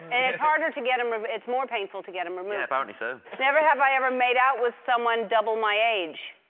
and it's harder to get em rem it's more painful to get em removed. yeah, apparently so. never have i ever made out with someone double my age.